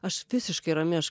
aš visiškai rami aš